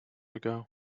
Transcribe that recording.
ago